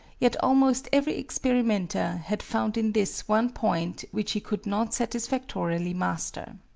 yet almost every experimenter had found in this one point which he could not satisfactorily master.